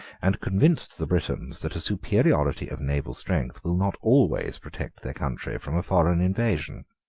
and convinced the britons, that a superiority of naval strength will not always protect their country from a foreign invasion.